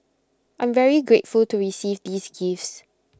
I'm very grateful to receive these gifts